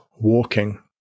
walking